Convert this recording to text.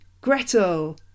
Gretel